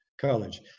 college